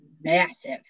massive